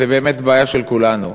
זו באמת בעיה של כולנו.